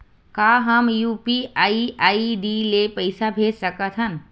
का हम UPI ID ले पईसा भेज सकथन?